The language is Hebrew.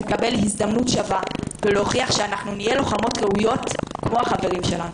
לקבל הזדמנות שווה ולהוכיח שאנחנו נהיה לוחמות ראויות כמו החברים שלנו.